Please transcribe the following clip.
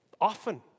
Often